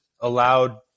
allowed